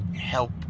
help